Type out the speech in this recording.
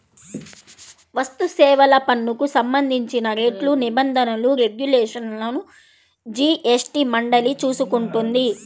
వస్తుసేవల పన్నుకు సంబంధించిన రేట్లు, నిబంధనలు, రెగ్యులేషన్లను జీఎస్టీ మండలి చూసుకుంటుంది